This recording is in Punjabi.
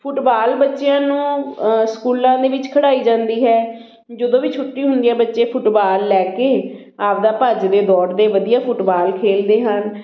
ਫੁਟਬਾਲ ਬੱਚਿਆਂ ਨੂੰ ਸਕੂਲਾਂ ਦੇ ਵਿੱਚ ਖਡਾਈ ਜਾਂਦੀ ਹੈ ਜਦੋਂ ਵੀ ਛੁੱਟੀ ਹੁੰਦੀ ਹੈ ਬੱਚੇ ਫੁਟਬਾਲ ਲੈ ਕੇ ਆਪਦਾ ਭੱਜਦੇ ਦੌੜਦੇ ਵਧੀਆ ਫੁਟਬਾਲ ਖੇਡਦੇ ਹਨ